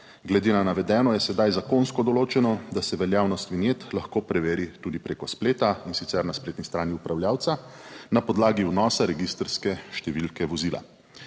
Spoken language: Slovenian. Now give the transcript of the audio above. Glede na navedeno je sedaj zakonsko določeno, da se veljavnost vinjet lahko preveri tudi preko spleta, in sicer na spletni strani upravljavca na podlagi vnosa registrske številke vozila.